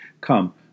Come